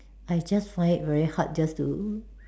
I just find it very hard just to